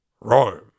Rome